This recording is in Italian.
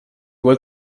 vuol